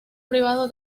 privado